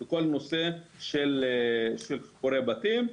בכל נושא של חיבורי בתים.